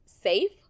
safe